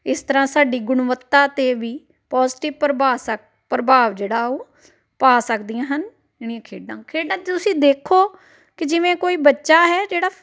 ਇਸ ਤਰ੍ਹਾਂ ਸਾਡੀ ਗੁਣਵੱਤਾ 'ਤੇ ਵੀ ਪੋਜੀਟਿਵ ਪਰਭਾਸ ਪ੍ਰਭਾਵ ਜਿਹੜਾ ਉਹ ਪਾ ਸਕਦੀਆਂ ਹਨ ਜਿਹੜੀਆਂ ਖੇਡਾਂ ਖੇਡਾਂ ਤੁਸੀਂ ਦੇਖੋ ਕਿ ਜਿਵੇਂ ਕੋਈ ਬੱਚਾ ਹੈ ਜਿਹੜਾ